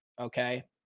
okay